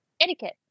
Etiquette